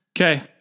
okay